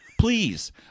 Please